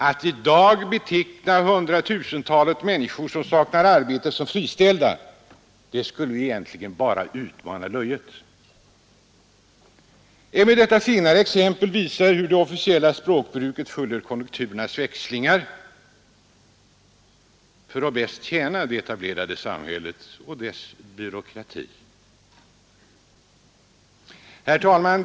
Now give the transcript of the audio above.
Att i dag beteckna hundratusentals människor som saknar arbete såsom ”friställda” skulle endast utmana löjet. Även detta senare exempel visar hur det officiella språkbruket följer konjunkturens växlingar för att bäst tjäna det etablerade samhället och dess byråkrati. Herr talman!